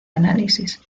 análisis